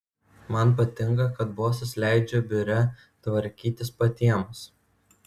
man patinka kad bosas leidžia biure tvarkytis patiems